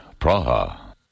Praha